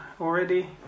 already